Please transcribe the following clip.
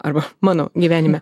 arba mano gyvenime